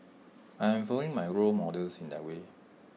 I am following my role models in that way